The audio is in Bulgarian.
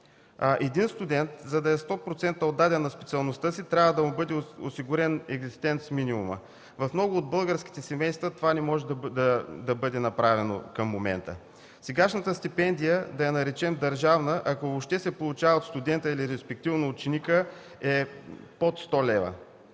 Един студент, за да е 100% отдаден на специалността си, трябва да му бъде осигурен екзистенц минимумът. В много от българските семейства това не може да бъде направено към момента. Сегашната стипендия, да я наречем държавна, ако въобще се получава от студента, респективно ученика, е под 100 лв.